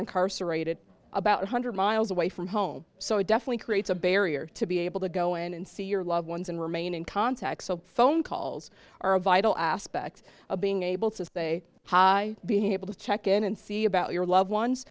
incarcerated about one hundred miles away from home so it definitely creates a barrier to be able to go in and see your loved ones and remain in contact so phone calls are a vital aspect of being able to say hi being able to check in and see about your loved ones